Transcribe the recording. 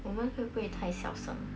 我们会不会太小声